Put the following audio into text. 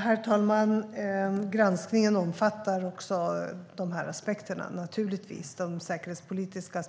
Herr talman! Granskningen omfattar naturligtvis också de säkerhetspolitiska